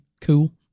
cool